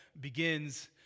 begins